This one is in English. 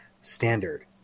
standard